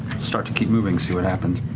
start to keep moving, see what happens.